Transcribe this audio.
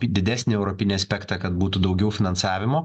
didesnį europinį aspektą kad būtų daugiau finansavimo